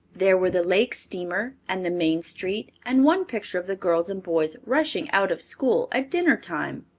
there were the lake steamer, and the main street, and one picture of the girls and boys rushing out of school at dinner time.